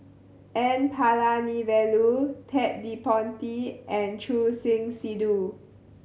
N Palanivelu Ted De Ponti and Choor Singh Sidhu